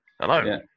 Hello